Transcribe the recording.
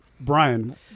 Brian